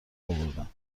آوردم